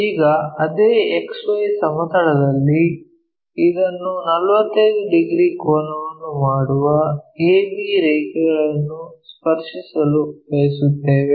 ಈಗ ಅದೇ X Y ಸಮತಲದಲ್ಲಿ ಇದನ್ನು 45 ಡಿಗ್ರಿ ಕೋನವನ್ನು ಮಾಡುವ ab ರೇಖೆಗಳನ್ನು ಸ್ಪರ್ಶಿಸಲು ಬಯಸುತ್ತೇವೆ